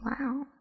wow